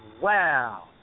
Wow